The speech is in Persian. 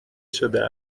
شده